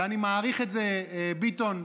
ואני מעריך את זה, ביטון,